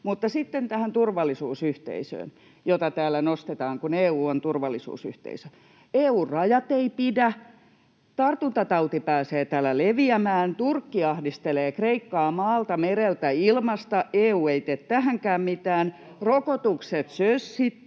Sitten tähän turvallisuusyhteisöön, kun täällä nostetaan, että EU on turvallisuusyhteisö: EU:n rajat eivät pidä, tartuntatauti pääsee täällä leviämään, Turkki ahdistelee Kreikkaa maalta, mereltä ja ilmasta, EU ei tee tähänkään mitään, rokotukset sössittiin.